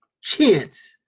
chance